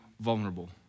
vulnerable